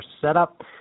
setup